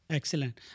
Excellent